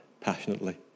passionately